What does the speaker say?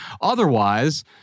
Otherwise